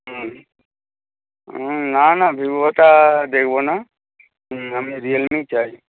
হুম না না ভিভোটা দেখব না হুম আমি রিয়েলমিই চাই